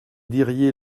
diriez